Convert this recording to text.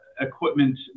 equipment